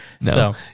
No